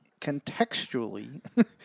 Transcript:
contextually